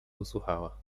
usłuchała